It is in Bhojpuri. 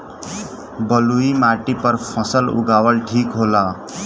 बलुई माटी पर फसल उगावल ठीक होला?